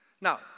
Now